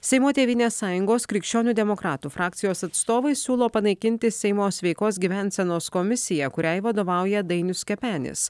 seimo tėvynės sąjungos krikščionių demokratų frakcijos atstovai siūlo panaikinti seimo sveikos gyvensenos komisiją kuriai vadovauja dainius kepenis